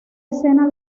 escena